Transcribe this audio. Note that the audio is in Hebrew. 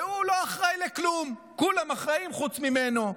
והוא לא אחראי לכלום, כולם אחראים חוץ ממנו.